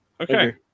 okay